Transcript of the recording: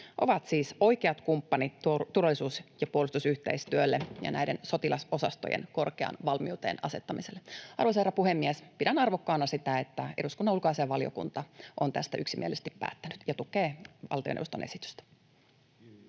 ovat siis oikeat kumppanit turvallisuus- ja puolustusyhteistyölle ja näiden sotilasosastojen korkeaan valmiuteen asettamiselle. Arvoisa herra puhemies! Pidän arvokkaana sitä, että eduskunnan ulkoasiainvaliokunta on tästä yksimielisesti päättänyt ja tukee valtioneuvoston esitystä.